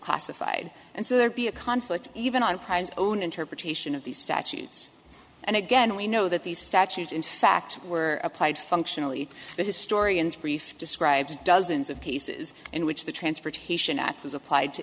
misclassified and so there'd be a conflict even on primes own interpretation of these statutes and again we know that the statute in fact were applied functionally but historians brief describes dozens of cases in which the transportation app was applied to